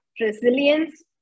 resilience